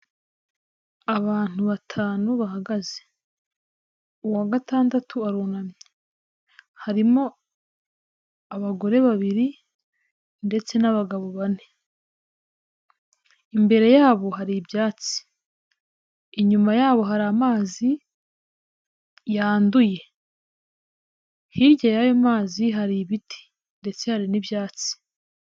Abantu batanu bahagaze, uwa gatandatu arunamye, harimo abagore babiri ndetse n'abagabo bane, imbere yabo hari ibyatsi, inyuma yabo hari amazi yanduye, hirya y'amazi hari ibiti ndetse hari n'ibyatsi.